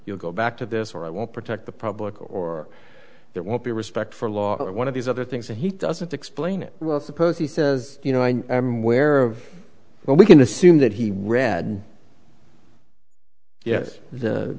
you'll go back to this or i won't protect the public or there won't be respect for law or one of these other things and he doesn't explain it well suppose he says you know i am where or when we can assume that he will read yeah the